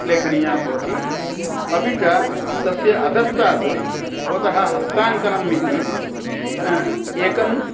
लेखनीया भवति अपि च तस्य अधस्तात् भवतः हस्ताङ्कनम् इति एकम्